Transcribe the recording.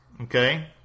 Okay